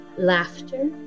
laughter